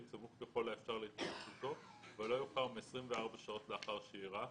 סמוך ככל האפשר להתרחשותו ולא יאוחר מ-24 שעות לאחר שאירע.